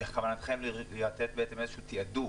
בכוונתכם לתת בעצם איזשהו תיעדוף?